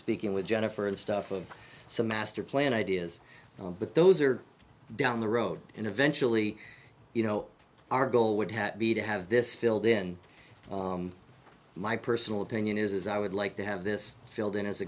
speaking with jennifer and stuff of some master plan ideas but those are down the road and eventually you know our goal would have to be to have this filled in my personal opinion is i would like to have this field in as a